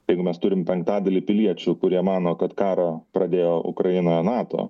tai jeigu mes turim penktadalį piliečių kurie mano kad karą pradėjo ukraina nato